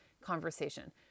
conversation